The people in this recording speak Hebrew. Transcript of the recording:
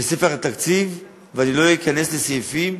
בספר התקציב ואני לא אכנס לסעיפים,